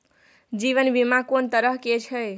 जीवन बीमा कोन तरह के छै?